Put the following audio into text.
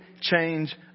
change